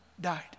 died